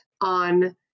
on